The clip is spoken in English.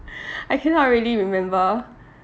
I cannot really remember